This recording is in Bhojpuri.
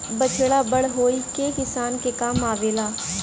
बछड़ा बड़ होई के किसान के काम आवेला